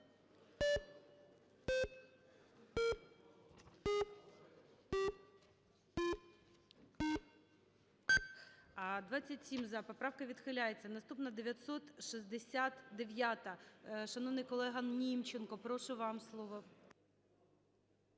За-27 Поправка відхиляється. Наступна - 969-а. Шановний колего Німченко, прошу вам слово.